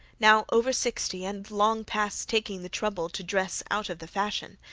now over sixty and long past taking the trouble to dress out of the fashion,